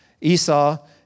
Esau